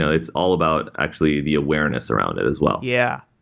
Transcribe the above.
it's all about actually the awareness around it as well yeah.